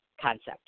concept